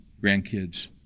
grandkids